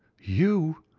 you!